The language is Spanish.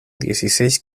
dieciséis